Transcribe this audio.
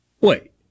wait